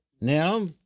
Now